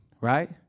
right